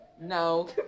No